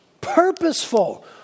Purposeful